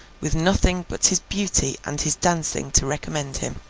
with nothing but his beauty and his dancing to recommend him.